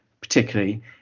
particularly